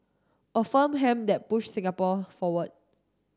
a firm hand that pushed Singapore forward